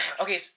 okay